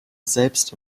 selbst